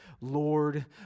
Lord